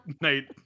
night